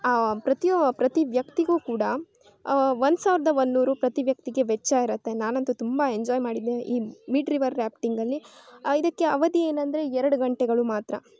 ಆ ಪ್ರತಿವೊ ಪ್ರತಿ ವ್ಯಕ್ತಿಗೂ ಕೂಡ ಒಂದು ಸಾವಿರದ ಒಂದು ನೂರು ಪ್ರತಿ ವ್ಯಕ್ತಿಗೆ ವೆಚ್ಚ ಇರುತ್ತೆ ನಾನಂತೂ ತುಂಬ ಎಂಜಾಯ್ ಮಾಡಿದ್ದೆ ಈ ಮಿಡ್ ರಿವರ್ ರ್ಯಾಫ್ಟಿಂಗಲ್ಲಿ ಇದಕ್ಕೆ ಅವಧಿ ಏನೆಂದ್ರೆ ಎರಡು ಗಂಟೆಗಳು ಮಾತ್ರ